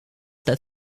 that